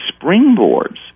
springboards